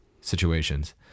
situations